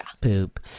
poop